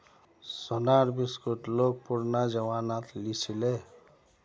सोनार बिस्कुट लोग पुरना जमानात लीछीले